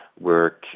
work